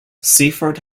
seaford